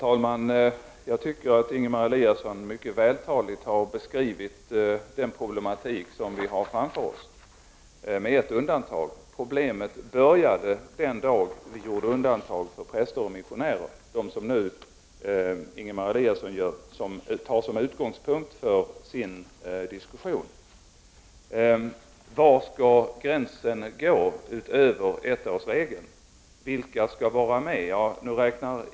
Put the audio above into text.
Herr talman! Ingemar Eliasson har mycket vältaligt beskrivit den problematik som vi har framför oss, med ett undantag: Problemet började den dag vi gjorde undantag för präster och missionärer — de som Ingemar Eliasson nu tar som utgångspunkt för sin diskussion. Var skall gränsen gå utöver ettårsregeln? Vilka skall vara med?